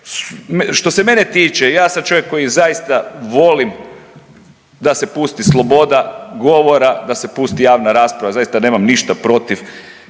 što se mene tiče, ja sam čovjek koji zaista volim da se pusti sloboda govora, da se pusti javna rasprava, zaista nemam ništa protiv,